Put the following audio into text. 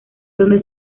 donde